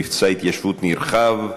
מבצע התיישבות נרחב,